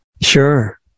Sure